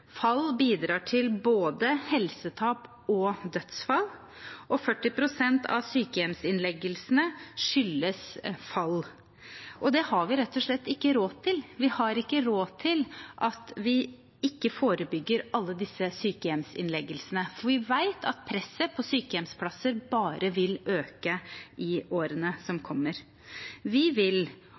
Fall bidrar til både helsetap og dødsfall, og 40 pst. av sykehjemsinnleggelsene skyldes fall. Det har vi rett og slett ikke råd til. Vi har ikke råd til at vi ikke forebygger alle disse sykehjemsinnleggelsene. For vi vet at presset på sykehjemsplasser bare vil øke i årene som kommer. Vi vil